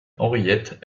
henriette